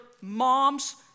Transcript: moms